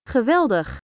Geweldig